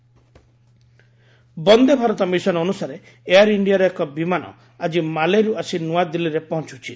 Vande Bharat mission Vande Bharat mission ଅନ୍ତସାରେ air ଇଷ୍ଠିଆର ଏକ ବିମାନ ଆଜି ମାଲେରୁ ଆସି ନ୍ତାଦିଲ୍ଲୀରେ ପହଞ୍ଚୁଛି